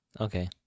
Okay